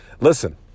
Listen